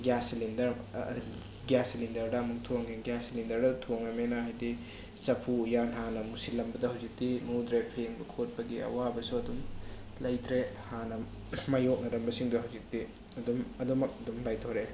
gas cylinder gas ꯁꯤꯂꯤꯟꯗꯔꯗ ꯑꯃꯨꯛ ꯊꯣꯡꯉꯦ ꯒ꯭ꯌꯥꯁ ꯁꯤꯂꯤꯟꯗꯔꯗ ꯊꯣꯡꯉꯃꯤꯅ ꯍꯥꯏꯗꯤ ꯆꯐꯨ ꯎꯌꯥꯟ ꯍꯥꯟꯅ ꯃꯨꯁꯤꯜꯂꯝꯕꯗꯣ ꯍꯧꯖꯤꯛꯇꯤ ꯃꯨꯗ꯭ꯔꯦ ꯐꯦꯡꯕ ꯈꯣꯠꯄꯒꯤ ꯑꯋꯥꯕꯁꯨ ꯑꯗꯨꯝ ꯂꯩꯇ꯭ꯔꯦ ꯍꯥꯟꯅ ꯃꯥꯏꯌꯣꯛꯅꯔꯝꯕꯁꯤꯡꯗꯣ ꯍꯧꯖꯤꯛꯇꯤ ꯑꯗꯨꯝ ꯑꯗꯨꯃꯛ ꯑꯗꯨꯝ ꯂꯥꯏꯊꯣꯔꯛꯑꯦ